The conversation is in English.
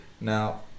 Now